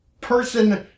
person